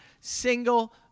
single